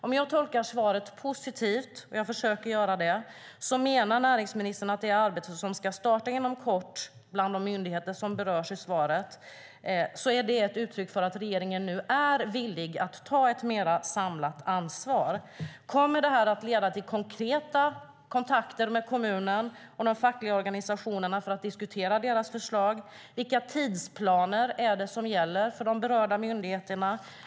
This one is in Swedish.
Om jag tolkar svaret positivt, och jag försöker göra det, menar näringsministern att det arbete som ska starta inom kort bland de myndigheter som berörs i svaret är ett uttryck för att regeringen nu är villig att ta ett mer samlat ansvar. Kommer detta att leda till konkreta kontakter med kommunen och de fackliga organisationerna för att diskutera deras förslag? Vilka tidsplaner är det som gäller för de berörda myndigheterna?